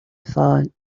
thought